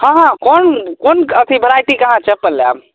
बिहार एलियै हन घूमऽ लए की